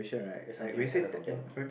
that's something we can learn from them